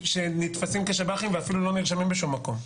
שנתפסים כשב"חים ואפילו לא נרשמים בשום מקום,